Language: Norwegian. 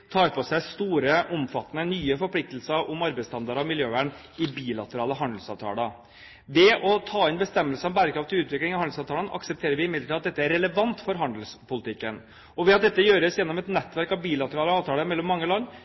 tar på seg store, omfattende, nye forpliktelser om arbeidsstandarder og miljøvern i bilaterale handelsavtaler. Ved å ta inn bestemmelser om bærekraftig utvikling i handelsavtalene aksepterer vi imidlertid at dette er relevant for handelspolitikken. Ved at dette gjøres gjennom et nettverk av bilaterale avtaler mellom mange land